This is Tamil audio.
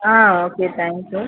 ah okay thank you